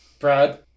Brad